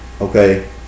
okay